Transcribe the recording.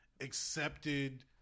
accepted